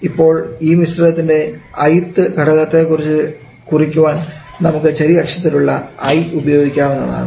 ഇപ്പോൾ ഈ മിശ്രിതത്തിൻറെ ith ഘടക ത്തെ കുറിക്കുവാൻ നമുക്ക് ചെറിയ അക്ഷരത്തിലുള്ള 'i' ഉപയോഗിക്കാവുന്നതാണ്